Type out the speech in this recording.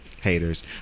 haters